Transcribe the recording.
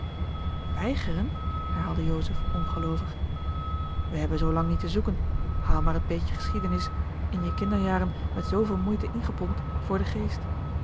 weigeren herhaalde joseph ongeloovig wij hebben zoo lang niet te zoeken haal maar het beetje geschiedenis in je kinderjaren met zooveel moeite ingepompt voor george een ongeluksvogel den geest